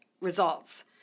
results